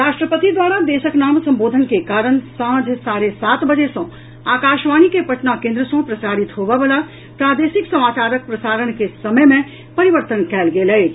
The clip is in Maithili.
राष्ट्रपति द्वारा देशक नाम संबोधन के कारण सांझ साढ़े सात बजे सँ आकाशवाणी के पटना केन्द्र सँ प्रसारित होबय वला प्रादेशिक समाचारक प्रसारण के समय मे परिवर्तन कयल गेल अछि